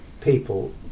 people